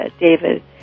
David